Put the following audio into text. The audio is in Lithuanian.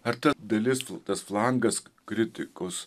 ar ta dalis tų tas flangas kritikos